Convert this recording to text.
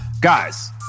guys